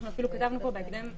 אנחנו אפילו כתבתנו פה בהקדם האפשרי.